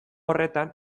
horretan